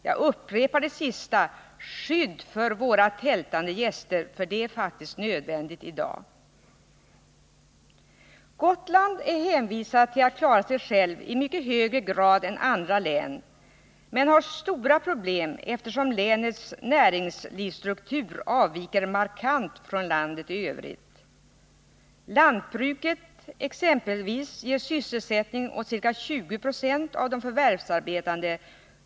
Jag upprepar detta: skydd för våra tältande gäster, för det är faktiskt nödvändigt i dagens läge. Gotland är hänvisat till att klara sig självt i högre grad än andra län men har stora problem, eftersom länets näringslivsstruktur markant avviker från landets i övrigt. Lantbruket exempelvis ger sysselsättning åt ca 20 20 av de förvärvsarbetande.